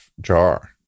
jar